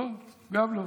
לא, גם לא.